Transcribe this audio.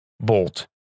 bolt